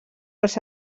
els